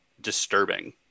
disturbing